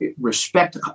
respect